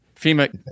FEMA